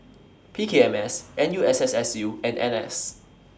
P K M S N U S S U and N S